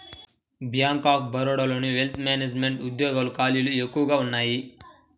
bank of బరోడాలోని wealth management ఉద్యోగాల ఖాళీలు ఎక్కువగా ఉన్నయ్యి